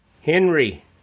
Henry